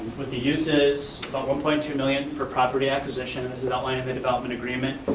what the use is, about one point two million for property acquisition. this is outlined in the development agreement,